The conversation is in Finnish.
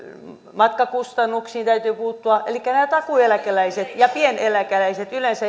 matkakustannuksiin täytyy puuttua elikkä nämä takuueläkeläiset ja kansaneläkeläiset pieneläkeläiset yleensä